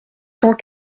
cent